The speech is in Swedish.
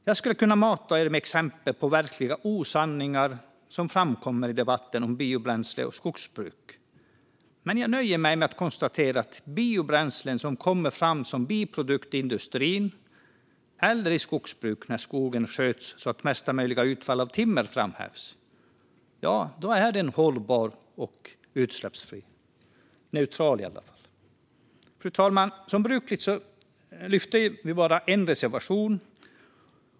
Jag skulle kunna mata er med exempel på verkliga osanningar som framkommer i debatten om biobränslen och skogsbruk, men jag nöjer mig med att konstatera att biobränslen som kommer fram som biprodukt i industrin eller i skogsbruket, när skogen sköts med mesta möjliga utfall av timmer, är hållbar och utsläppsfri, eller åtminstone neutral. Fru talman! Som brukligt är lyfter jag bara fram en reservation.